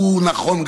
וגם הוא נכון.